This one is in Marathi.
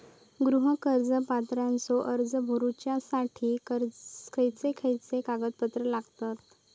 गृह कर्ज पात्रतेचो अर्ज भरुच्यासाठी खयचे खयचे कागदपत्र लागतत?